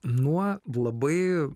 nuo labai